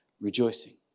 rejoicing